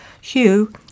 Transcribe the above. Hugh